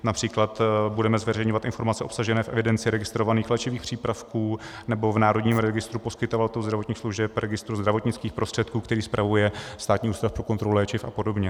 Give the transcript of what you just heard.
Například budeme zveřejňovat informace obsažené v evidenci registrovaných léčivých přípravků nebo v národním registru poskytovatelů zdravotních služeb a registru zdravotnických prostředků, který spravuje Státní ústav pro kontrolu léčiv a podobně.